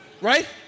Right